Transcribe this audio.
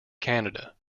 canada